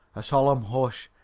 a solemn hush,